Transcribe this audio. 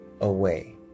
away